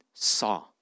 Saw